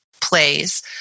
plays